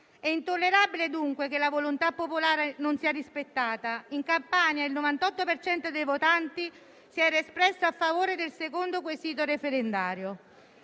È intollerabile, dunque, che la volontà popolare non sia rispettata. In Campania il 98 per cento dei votanti si era espresso a favore del secondo quesito referendario.